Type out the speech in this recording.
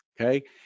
Okay